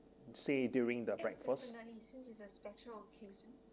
say during the breakfast